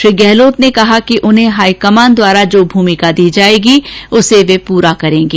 श्री गहलोत ने कहा कि उन्हें हाईकमान द्वारा जो भी भूमिका दी जाएगी उसे वे पूरा करेंगे